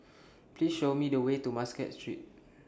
Please Show Me The Way to Muscat Street